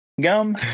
gum